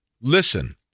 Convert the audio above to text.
listen